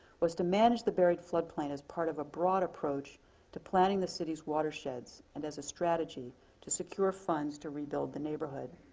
was to manage the buried flood plain as part of a broad approach to planning the city's watersheds and as a strategy to secure funds to rebuild the neighborhood.